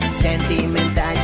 Sentimental